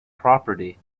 property